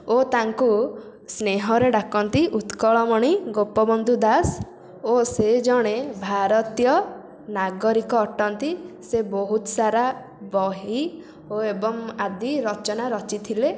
ଓ ତାଙ୍କୁ ସ୍ନେହରେ ଡାକନ୍ତି ଉତ୍କଳମଣି ଗୋପବନ୍ଧୁ ଦାସ ଓ ସେ ଭାରତୀୟ ନାଗରିକ ଅଟନ୍ତି ସେ ବହୁତ ସାରା ବହି ଓ ଏବଂ ଆଦି ରଚନା ରଚିଥିଲେ